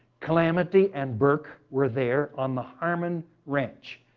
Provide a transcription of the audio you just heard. calamity and burke were there on the harmon ranch.